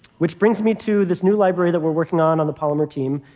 which brings me to this new library that we're working on on the polymer team,